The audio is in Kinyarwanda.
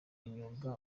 imyuga